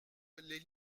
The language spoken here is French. les